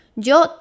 Yo